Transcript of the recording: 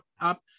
up